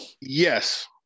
Yes